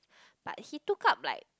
but he took up like